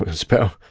ah spell,